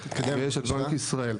ויש את בנק ישראל.